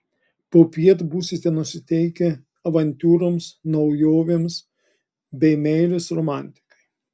popiet būsite nusiteikę avantiūroms naujovėms bei meilės romantikai